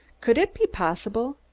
could it be possible?